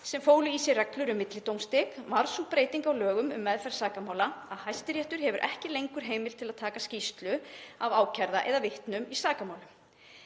sem fólu í sér reglur um millidómstig, varð sú breyting á lögum um meðferð sakamála að Hæstiréttur hefur ekki lengur heimild til að taka skýrslu af ákærða eða vitnum í sakamálum.